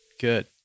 good